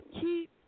keep